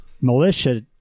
militia